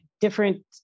different